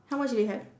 how much do you have